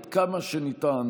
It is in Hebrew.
עד כמה שניתן,